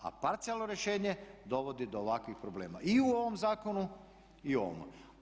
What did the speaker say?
A parcijalno rješenje dovodi do ovakvih problema i u ovom zakonu i u ovome.